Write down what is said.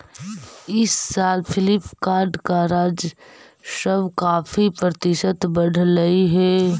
इस साल फ्लिपकार्ट का राजस्व काफी प्रतिशत बढ़लई हे